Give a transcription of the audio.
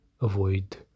avoid